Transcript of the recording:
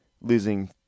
losing –